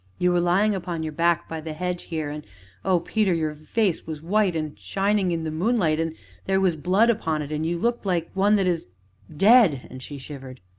you were lying upon your back, by the hedge here, and oh, peter! your face was white and shining in the moonlight and there was blood upon it, and you looked like one that is dead! and she shivered.